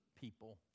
people